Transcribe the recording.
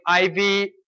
IV